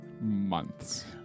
Months